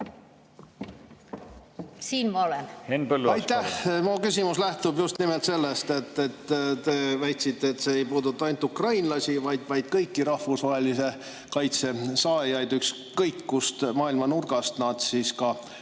palun! Aitäh! Mu küsimus lähtub just nimelt sellest, et te väitsite, et see ei puuduta ainult ukrainlasi, vaid kõiki rahvusvahelise kaitse saajaid, ükskõik kust maailma nurgast nad siis ka